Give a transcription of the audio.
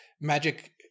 magic